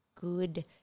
good